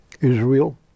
Israel